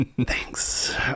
thanks